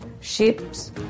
ships